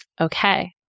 Okay